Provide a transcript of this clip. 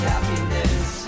happiness